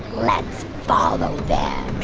let's follow them